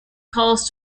calls